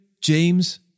James